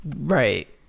Right